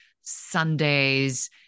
Sundays